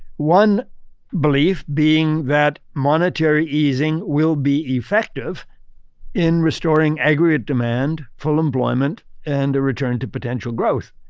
one belief being that monetary easing will be effective in restoring aggregate demand, full employment, and a return to potential growth.